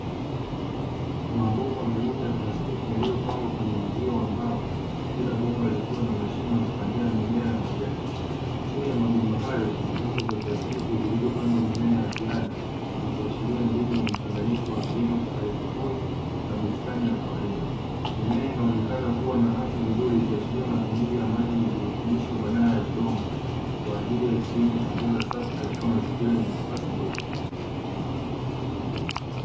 Mabomba meupe ya plastiki yaliyopangwa kwenye uzio wa mbao, kila bomba likiwa na mashimo ya kupandia mimea ya majani. Chini ya mabomba hayo kuna vyombo vya plastiki vilivyopandwa mimea ya ziada, vikiashiria mbinu ya mchanganyiko wa kilimo cha haidroponi na bustani ya kawaida. Mimea inaonekana kuwa na afya nzuri, ikiashiria matumizi ya maji yenye virutubisho badala ya udongo kwa ajili ya kilimo cha mboga safi katika mazingira yenye nafasi ndogo.